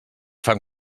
fan